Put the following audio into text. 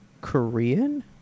Korean